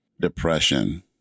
depression